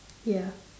ya